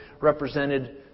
represented